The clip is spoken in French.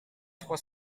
trois